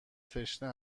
تشنه